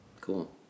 Cool